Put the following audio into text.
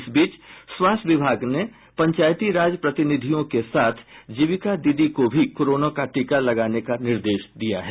इस बीच स्वास्थ्य विभाग ने पंचायती राज प्रतिनिधियों के साथ जीविका दीदी को भी कोरोना का टीका लगाने का निर्देश दिया है